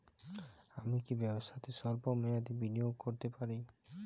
আমি কি ব্যবসাতে স্বল্প মেয়াদি বিনিয়োগ করতে পারি?